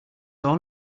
all